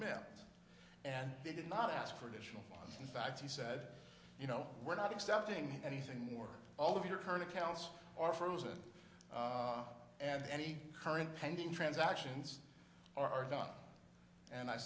met and they did not ask for additional in fact he said you know we're not accepting anything more all of your current accounts are frozen and any current pending transactions are done and i